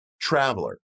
traveler